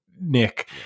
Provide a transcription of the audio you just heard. Nick